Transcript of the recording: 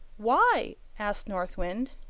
why? asked north wind.